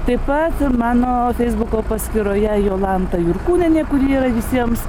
taip pat ir mano feisbuko paskyroje jolanta jurkūnienė kuri yra visiems